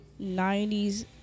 90s